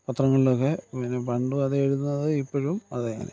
പത്രങ്ങളിലൊക്കെ പിന്നെ പണ്ടും അത് എഴുതുന്നത് ഇപ്പോഴും അതെ